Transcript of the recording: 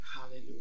Hallelujah